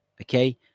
Okay